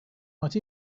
might